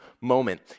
moment